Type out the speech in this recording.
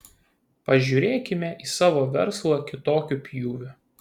pažiūrėkime į savo verslą kitokiu pjūviu